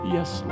Yes